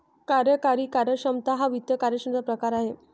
कार्यकारी कार्यक्षमता हा वित्त कार्यक्षमतेचा प्रकार आहे